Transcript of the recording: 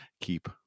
keep